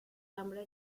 hambre